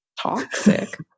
toxic